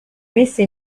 messe